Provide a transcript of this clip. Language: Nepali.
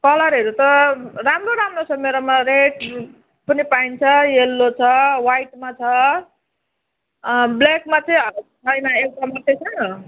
कलरहरू त राम्रो राम्रो छ मेरोमा रेड पनि पाइन्छ यल्लो छ व्हाइटमा छ ब्ल्याकमा चाहिँ छैन एउटा मात्रै छ